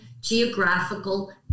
geographical